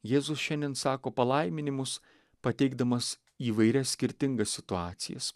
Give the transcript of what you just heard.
jėzus šiandien sako palaiminimus pateikdamas įvairias skirtingas situacijas